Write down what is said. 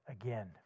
again